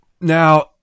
Now